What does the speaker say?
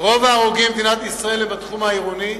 במדינת ישראל בתחום העירוני,